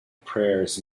prayers